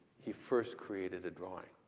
he first created a drawing.